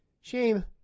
Shame